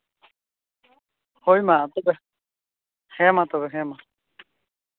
ᱦᱳᱭ ᱢᱟ ᱛᱚᱵᱮ ᱦᱮᱸ ᱢᱟ